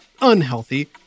unhealthy